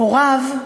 הוריו,